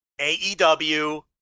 AEW